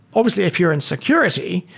obviously, if you're in security,